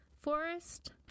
Forest